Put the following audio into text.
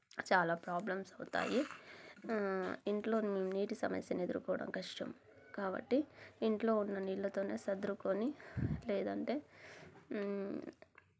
చాలా ప్రాబ్లమ్స్ అవుతాయి ఇంట్లో నీటి సమస్యని ఎదుర్కోవడం కష్టం కాబట్టి ఇంట్లో ఉన్న నీళ్ళతోనే సదురుకొని లేదంటే